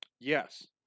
Yes